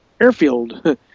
airfield